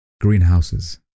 greenhouses